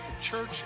Church